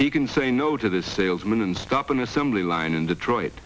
he can say no to the salesman and stop an assembly line in detroit